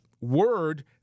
word